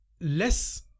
less